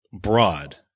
broad